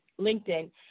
LinkedIn